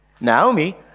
Naomi